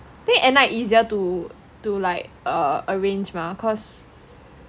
at night easier to to like err arrange mah cause